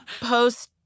Post